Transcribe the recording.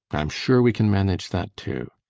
i am sure we can manage that, too.